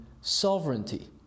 sovereignty